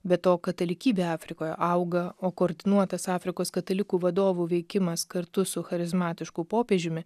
be to katalikybė afrikoje auga o koordinuotas afrikos katalikų vadovų veikimas kartu su charizmatišku popiežiumi